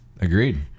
agreed